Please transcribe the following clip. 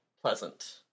pleasant